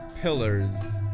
pillars